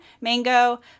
mango